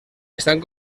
estan